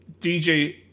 DJ